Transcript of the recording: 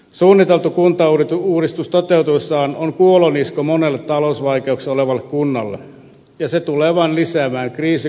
suunniteltu kuntauudistus toteutuessaan on kuolonisku monelle talousvaikeuksissa olevalle kunnalle ja se tulee vain lisäämään kriisikuntien määrää